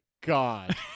God